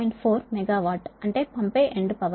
4 megawatt అంటే పంపే end power